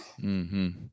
-hmm